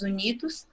Unidos